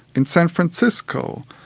in san francisco,